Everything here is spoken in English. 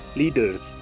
leaders